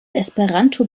esperanto